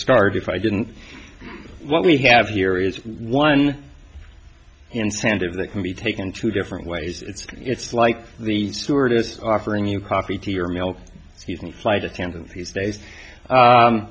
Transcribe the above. start if i didn't what we have here is one incentive that can be taken two different ways it's it's like the stewardess offering you coffee to your meals he's and flight attendants these days